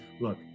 look